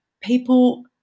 people